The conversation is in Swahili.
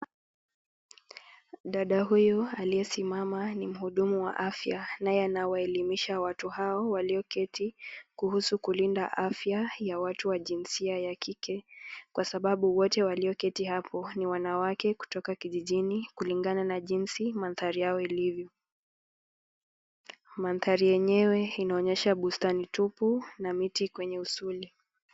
Dada huyu aliyesimama ni muhudumu wa afya, naye anawaelimisha watu hao walioketi kuhusu kulinda afya ya watu wa jinsia ya kike, kwa sababu wote walioketi hapo ni wanawake kutoka kijijini kulingana na jinsi madhari yao ilivyo. Madhari yenyewe inaonyesha bustani tupu na miti kwenye usuli.